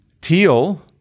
Teal